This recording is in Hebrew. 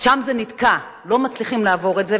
שם זה נתקע ולא מצליחים לעבור את זה,